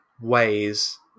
ways